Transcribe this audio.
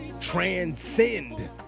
transcend